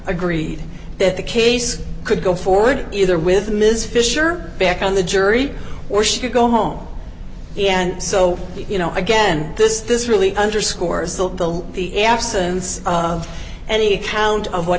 agreed that the case could go forward either with ms fisher back on the jury or she could go home and so you know again this this really underscores the the absence any count of what